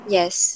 Yes